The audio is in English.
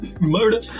Murder